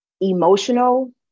emotional